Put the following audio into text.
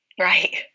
Right